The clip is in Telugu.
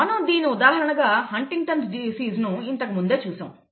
మనం దీని ఉదాహరణగా హంటింగ్టన్'స్ డిసీస్ Huntington's disease ను ఇంతకుముందే చూసాము